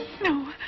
No